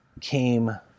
came